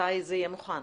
מתי זה יהיה מוכן?